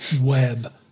web